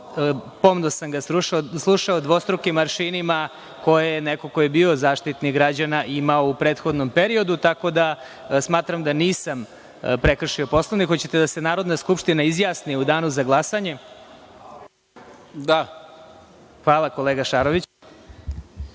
pomno sam ga slušao, o dvostrukim aršinima koje je neko ko je bio Zaštitnik građana imao u prethodnom periodu, tako da smatram da nisam prekršio Poslovnik. Hoćete li da se Narodna skupština izjasni u danu za glasanje?(Nemanja Šarović: